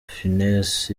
fiennes